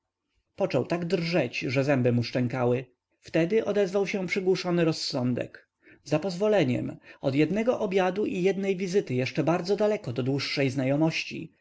począł tak drżeć że mu zęby szczękały wtedy odezwał się przygłuszony rozsądek za pozwoleniem od jednego obiadu i jednej wizyty jeszcze bardzo daleko do dłuższej znajomości